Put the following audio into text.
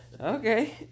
Okay